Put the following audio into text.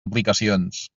aplicacions